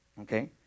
Okay